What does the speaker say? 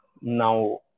Now